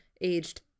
aged